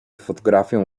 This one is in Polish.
fotografię